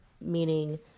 meaning